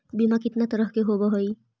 बीमा कितना तरह के होव हइ?